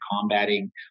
combating